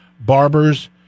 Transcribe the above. Barber's